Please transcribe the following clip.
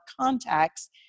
contacts